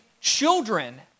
children